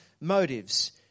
motives